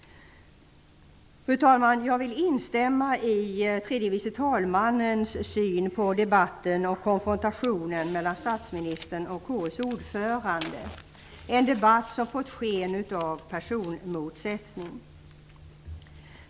Fru talman! Jag vill instämma i tredje vice talmannens syn på debatten och konfrontationen mellan statsministern och KU:s ordförande, en debatt som har fått sken av personmotsättning.